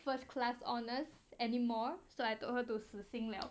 first class honours anymore so I told her 都死心了